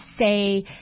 say